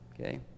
Okay